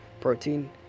protein